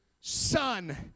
son